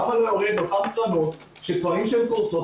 למה לא יורד לאותן קרנות שטוענים שהן פורסות.